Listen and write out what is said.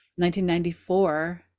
1994